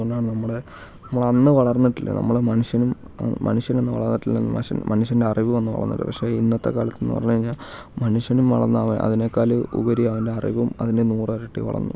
അതുകൊണ്ടാണ് നമ്മുടെ നമ്മൾ അന്ന് വളർന്നിട്ടില്ല നമ്മുടെ മനുഷ്യനും മനുഷ്യൻ അന്ന് വളർന്നിട്ടില്ല മനുഷ്യ മനുഷ്യൻ്റെ അറിവും അന്ന് വളർന്നിട്ടില്ല പക്ഷേ ഇന്നത്തെ കാലത്തെന്ന് പറഞ്ഞ് കഴിഞ്ഞാൽ മനുഷ്യനും വളർന്ന് അതിനേക്കാൾ ഉപരി അവൻ്റെ അറിവും അതിൻ്റെ നൂറ് ഇരട്ടി വളർന്നു